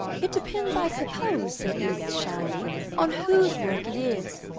it depends, i suppose, said edith shyly, on whose work it is.